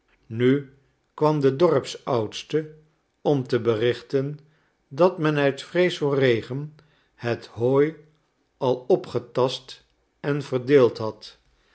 nu kwam de dorpsoudste om te berichten dat men uit vrees voor regen het hooi al opgetast en verdeeld had